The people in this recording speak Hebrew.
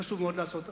שחשוב מאוד לעשות.